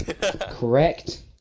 correct